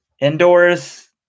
Indoors